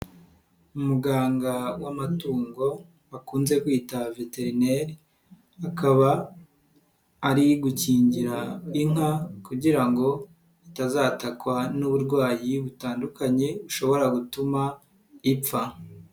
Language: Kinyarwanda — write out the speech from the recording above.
Umuganga w'amatungo bakunze kwitaba veterineri, akaba ari gukingira inka kugira ngo itazatakwa n'uburwayi butandukanye bushobora gutuma ipfa.